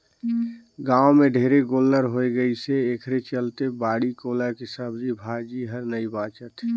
गाँव में ढेरे गोल्लर होय गइसे एखरे चलते बाड़ी कोला के सब्जी भाजी हर नइ बाचत हे